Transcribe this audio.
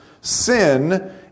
Sin